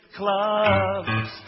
clubs